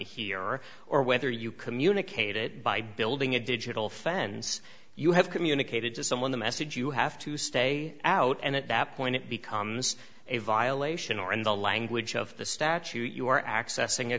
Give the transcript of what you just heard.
or or whether you communicate it by building a digital fence you have communicated to someone the message you have to stay out and at that point it becomes a violation or in the language of the statute you are accessing